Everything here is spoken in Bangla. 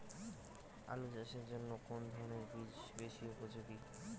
আলু চাষের জন্য কোন ধরণের বীজ বেশি উপযোগী?